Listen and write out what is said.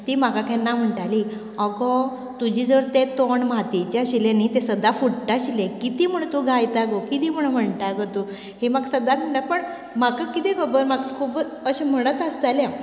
ती म्हाका केन्ना म्हणटाली आगो तुजें जर तें तोंड मातयेचे आशिल्ले तें सदां फुट्टा आशिल्लें कितें म्हूण तूं गायता गो कितें म्हूण म्हणटा गो तूं हे म्हाका सदांच ना पूण म्हाका कितें खबर म्हाका खूबच अशें म्हणत आसताले हांव